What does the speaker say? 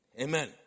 Amen